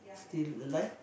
still alive